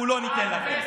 אנחנו לא ניתן לכם.